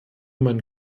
mein